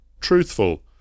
Truthful